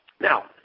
Now